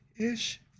ish